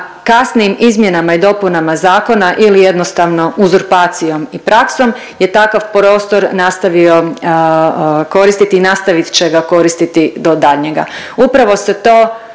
kasnijim izmjenama i dopunama zakona ili jednostavno uzurpacijom i praksom je takav prostor nastavio koristiti i nastavit će ga koristiti do daljnjega. Upravo se to